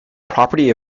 property